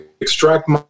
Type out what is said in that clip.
extract